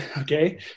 okay